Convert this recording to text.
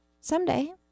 Someday